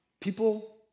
People